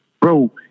Bro